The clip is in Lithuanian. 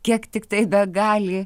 kiek tiktai begali